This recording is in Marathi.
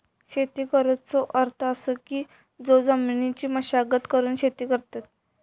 शेती करुचो अर्थ असो की जो जमिनीची मशागत करून शेती करतत